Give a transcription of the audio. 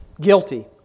guilty